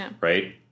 Right